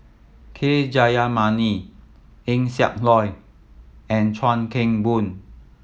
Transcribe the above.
K Jayamani Eng Siak Loy and Chuan Keng Boon